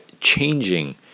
changing